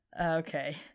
Okay